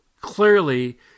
clearly